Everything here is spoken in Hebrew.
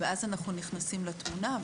ואז אנחנו נכנסים לתמונה.